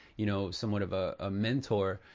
you know, somewhat of ah a mentor,